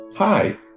Hi